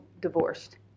divorced